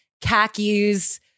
khakis